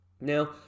Now